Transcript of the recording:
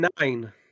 nine